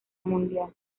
mundial